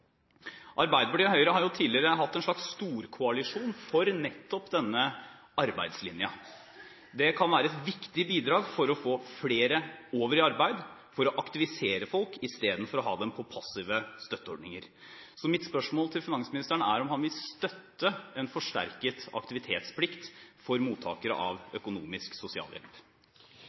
Arbeiderpartiet og Høyre har jo tidligere hatt en slags storkoalisjon for nettopp denne arbeidslinjen. Det kan være et viktig bidrag for å få flere over i arbeid, aktivisere folk, istedenfor å ha dem på passive støtteordninger. Så mitt spørsmål til finansministeren er om han vil støtte en forsterket aktivitetsplikt for mottakere av økonomisk sosialhjelp.